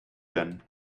denn